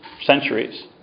centuries